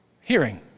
hearing